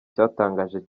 cyatangaje